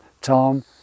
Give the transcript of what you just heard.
Tom